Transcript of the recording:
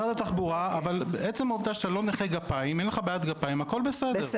אבל עצם העובדה שאין לך בעיית גפיים, הכול בסדר.